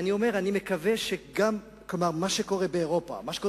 אני מקווה שמה שקורה באירופה ומה שקורה